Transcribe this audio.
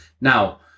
Now